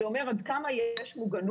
זה אומר עד כמה יש מוגנות.